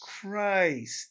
Christ